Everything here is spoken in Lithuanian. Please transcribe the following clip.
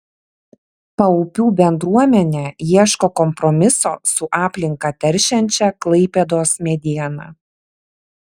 paupių bendruomenė ieško kompromiso su aplinką teršiančia klaipėdos mediena